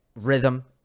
rhythm